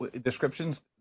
description's